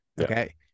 okay